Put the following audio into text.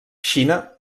xina